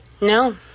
No